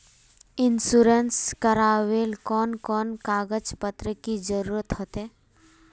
Insurance करावेल कोन कोन कागज पत्र की जरूरत होते?